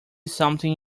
something